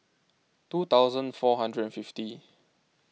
two thousand four hundred fifty